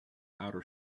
outer